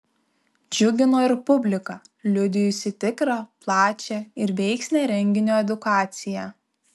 džiugino ir publika liudijusi tikrą plačią ir veiksnią renginio edukaciją